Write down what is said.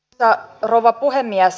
arvoisa rouva puhemies